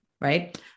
right